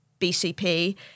BCP